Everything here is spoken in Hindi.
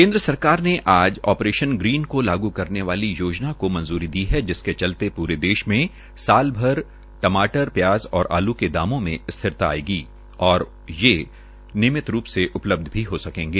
केन्द्र सरकार ने आज आप्रेशन ग्रीन को लागू करने वाली योजना को मंजूरी दी है जिसके चलते पूरे देश में साल भर में टमाटर प्याज और आल् के दामों में स्थिरता आयेगी व ये उपलबध भी हो सकेंगे